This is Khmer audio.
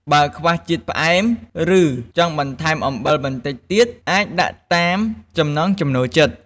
បើខ្វះជាតិផ្អែម ឬចង់បន្ថែមអំបិលបន្តិចទៀត អាចដាក់តាមចំណង់ចំណូលចិត្ត។